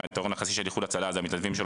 אם היתרון היחסי של איחוד הצלה זה המתנדבים שלו,